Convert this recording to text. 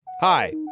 Hi